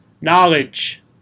knowledge